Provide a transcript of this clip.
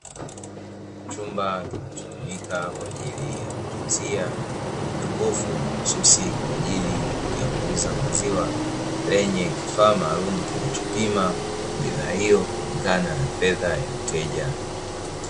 Chumba kinachotumika kwa ajili ya kutunzia jokofu mahususi kwa ajili ya kuuza maziwa, likiwa lenye kifaa maalumu kinacho pima bidhaa hiyo kulingana na fedha ya mteja.